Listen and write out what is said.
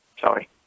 Sorry